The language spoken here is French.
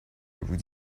vous